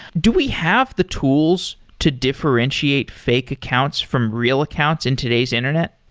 do we have the tools to differentiate fake accounts from real accounts in today's internet?